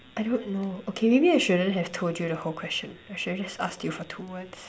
I don't know okay maybe I shouldn't have told you the whole question I should have just asked you for two words